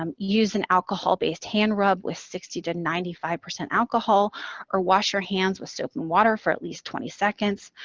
um use an alcohol-based hand rub with sixty to ninety five percent alcohol or wash your hands with soap and water for at least twenty seconds.